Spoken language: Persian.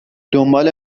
دنبال